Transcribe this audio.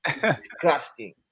disgusting